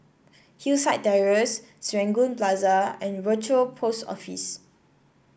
Hillside Terrace Serangoon Plaza and Rochor Post Office